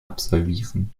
absolvieren